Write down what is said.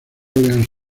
orleans